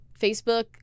Facebook